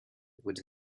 would